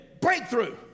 breakthrough